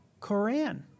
Quran